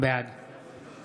בעד